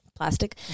Plastic